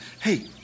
Hey